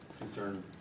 concern